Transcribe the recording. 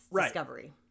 discovery